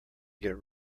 get